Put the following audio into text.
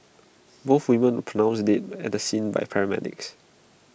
both women pronounced dead at the scene by paramedics